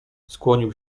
skłonił